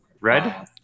Red